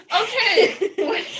Okay